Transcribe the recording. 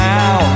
now